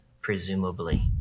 presumably